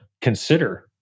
consider